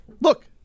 Look